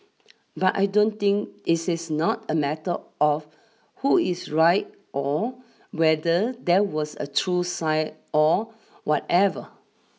but I don't think this is not a matter of who is right or whether there was a true sign or whatever